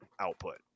output